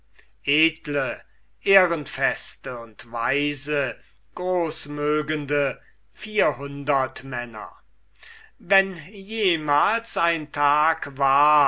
edle ehrenfeste und weise großmögende vierhundertmänner wenn jemals ein tag war